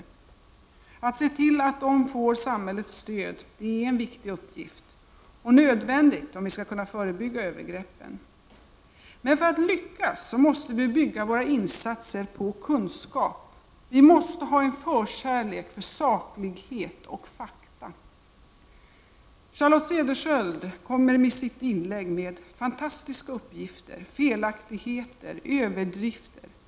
Det är en viktig uppgift att se till att de får samhällets stöd, och det är nödvändigt om vi skall kunna förebygga övergreppen. Men för att lyckas måste vi bygga våra insatser på kunskap. Vi måste ha en förkärlek för saklighet och fakta. Charlotte Cederschiöld kommer i sitt inlägg med fantastiska uppgifter, felaktigheter och överdrifter.